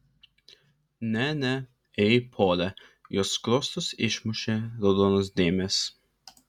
ne ne ei pole jos skruostus išmušė raudonos dėmės